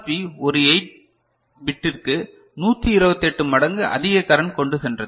B ஒரு 8 பிட்டிற்கு 128 மடங்கு அதிக கரண்ட் கொண்டு சென்றது